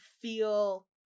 feel